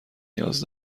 نیاز